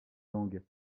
langues